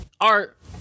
art